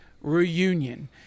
reunion